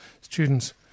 Students